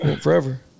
forever